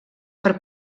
per